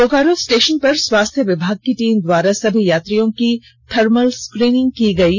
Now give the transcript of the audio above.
Bokaro station पर स्वास्थ्य विभाग की टीम द्वारा समी यात्रियों की थर्मल स्क्रीनिंग की गयी